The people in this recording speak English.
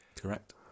Correct